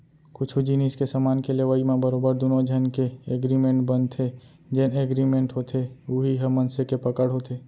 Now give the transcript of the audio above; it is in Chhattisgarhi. कुछु जिनिस के समान के लेवई म बरोबर दुनो झन के एगरिमेंट बनथे जेन एगरिमेंट होथे उही ह मनसे के पकड़ होथे